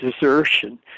desertion